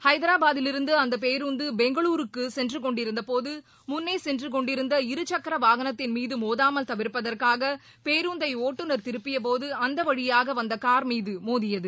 ஐதராபாதிலிருந்து அந்த பேருந்து பெங்களுருக்கு சென்று கொண்டிருந்தபோது முன்ளே சென்று கொண்டிருந்த இருசக்கர வாகனத்தின்மீது மோதாமல் தவிர்ப்பதற்காக பேருந்தை ஒட்டுநர் திருப்பியபோது அந்த வழியாக வந்த கார் மீது மோதியது